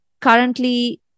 currently